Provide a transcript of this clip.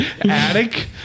attic